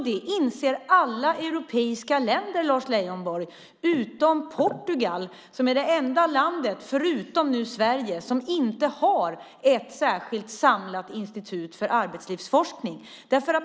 Det inser alla europeiska länder, Lars Leijonborg, utom Portugal som är det enda landet, förutom nu Sverige, som inte har ett särskilt samlat institut för arbetslivsforskning.